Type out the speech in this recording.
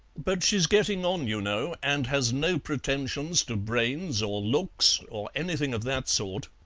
but she's getting on, you know, and has no pretensions to brains or looks or anything of that sort.